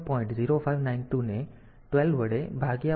0592 ને 12 વડે ભાગ્યા એટલે 921